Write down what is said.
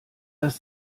das